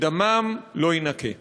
ודמם לא יינקה.